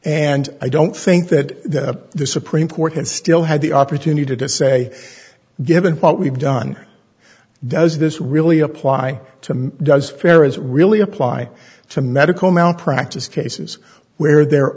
and i don't think that the supreme court can still have the opportunity to say given what we've done does this really apply to me does fair is really apply to medical malpractise cases where there